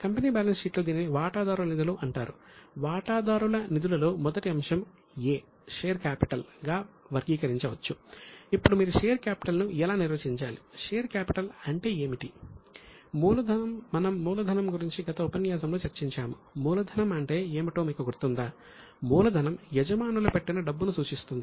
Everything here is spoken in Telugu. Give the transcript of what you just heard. కంపెనీ బ్యాలెన్స్ షీట్లో దీనిని వాటాదారుల నిధులు అని పిలుస్తారు అది బ్యాలెన్స్ షీట్ లో వస్తుంది